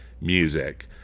music